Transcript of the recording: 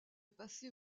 passer